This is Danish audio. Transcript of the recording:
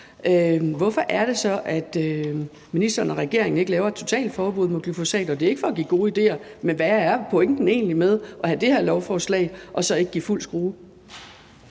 Hvorfor er det så, at ministeren og regeringen ikke laver et totalforbud mod glyfosat? Det er ikke for at give gode idéer, men hvad er pointen egentlig med at have det her lovforslag og så ikke give fuld skrue?